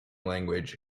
language